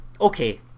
Okay